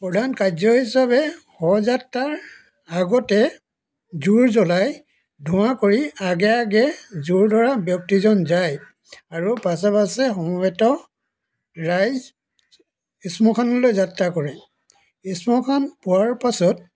প্ৰধান কাৰ্য হিচাপে শৱ যাত্ৰাৰ আগতে জোৰ জ্ৱলাই ধোৱা কৰি আগে আগে জোৰ ধৰা ব্যক্তিজন যায় আৰু পাছে পাছে সমবেত ৰাইজ শ্মশানলৈ যাত্ৰা কৰে শ্মশান পোৱাৰ পাছত